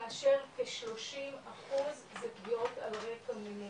כאשר כ-30 אחוז זה פגיעות על רקע מיני